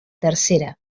tercera